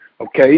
Okay